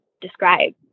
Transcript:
describe